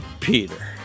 Peter